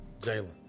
Jalen